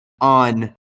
on